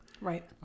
Right